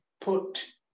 put